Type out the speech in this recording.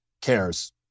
cares